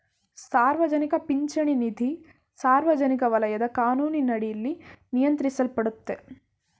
ಸಾರ್ವಜನಿಕ ಪಿಂಚಣಿ ನಿಧಿ ಸಾರ್ವಜನಿಕ ವಲಯದ ಕಾನೂನಿನಡಿಯಲ್ಲಿ ನಿಯಂತ್ರಿಸಲ್ಪಡುತ್ತೆ